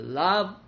love